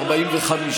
45,